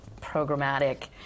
programmatic